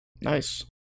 Nice